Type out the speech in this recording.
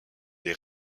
des